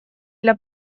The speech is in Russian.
для